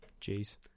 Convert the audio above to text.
Jeez